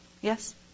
Yes